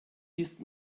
ist